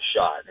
shot